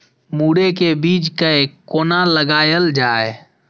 मुरे के बीज कै कोना लगायल जाय?